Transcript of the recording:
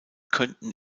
könnten